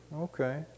Okay